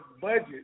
budget